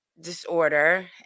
disorder